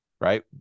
right